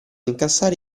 incassare